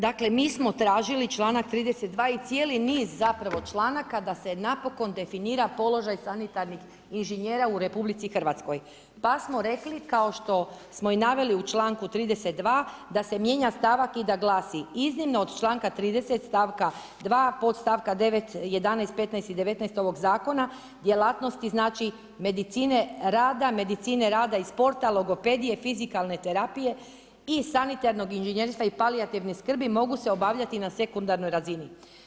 Dakle mi smo tražili, članak 32. i cijeni niz zapravo članaka da se napokon definira položaj sanitarnih inženjera u RH pa smo rekli kao što smo i naveli u članku 32. da se mijenja stavak i da glasi: iznimno od članka 30. stavka 2. podstavka 9., 11., 15. i 19. ovog zakona, djelatnosti znači medicine rada, medicine rada i sporta, logopedije, fizikalne terapije i sanitarnog inženjerstva i palijativne skrbi, mogu se obavljati na sekundarnoj razini.